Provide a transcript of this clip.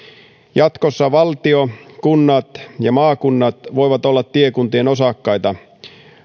jatkossa valtio kunnat ja maakunnat voivat olla tiekuntien osakkaita